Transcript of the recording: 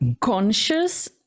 conscious